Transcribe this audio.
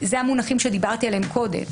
אלה המונחים שדיברתי עליהם קודם.